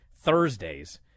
Thursdays